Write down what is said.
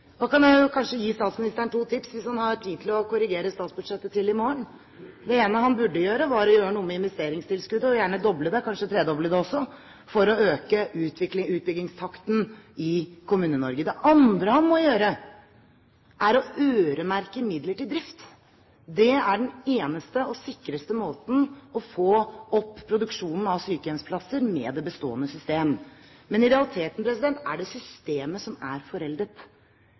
Da kan jeg gi statsministeren to tips, hvis han har tid til å korrigere statsbudsjettet til i morgen: Det ene han burde gjøre, var å gjøre noe med investeringstilskuddet og gjerne doble det – kanskje tredoble det også – for å øke utbyggingstakten i Kommune-Norge. Det andre han må gjøre, er å øremerke midler til drift. Det er den eneste og sikreste måten å få opp produksjonen av sykehjemsplasser på, med det bestående system. Men i realiteten er det systemet som er